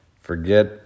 Forget